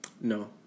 No